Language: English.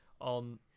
on